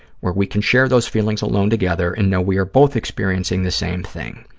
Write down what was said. where we can share those feelings alone together and know we are both experiencing the same thing.